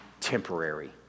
Temporary